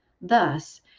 Thus